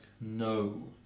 No